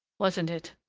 wasn't it?